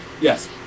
Yes